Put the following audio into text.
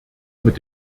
mit